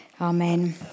Amen